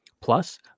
Plus